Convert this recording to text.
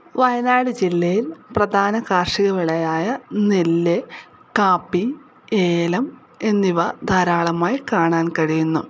വയനാട് ജില്ലയിൽ പ്രധാന കാർഷിക വിളയായ നെല്ല് കാപ്പി ഏലം എന്നിവ ധാരാളമായി കാണാൻ കഴിയുന്നു